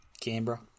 Canberra